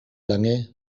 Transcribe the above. lange